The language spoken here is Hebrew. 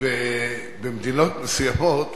במדינות מסוימות